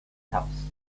house